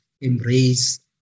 embrace